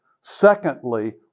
Secondly